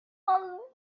small